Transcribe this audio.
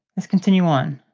let's continue on.